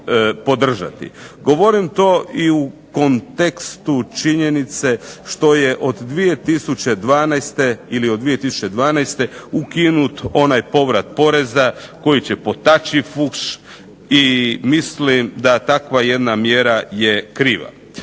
Govorim to i u kontekstu činjenice što je od 2012. ukinut onaj povrat poreza koji će potaći fuš i mislim da je takva jedan mjera kriva.